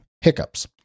hiccups